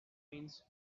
means